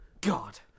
God